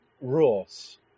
rules